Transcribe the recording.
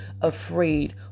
afraid